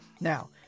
Now